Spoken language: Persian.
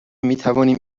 میتوانیم